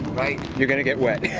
right? you're gonna get wet.